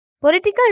Political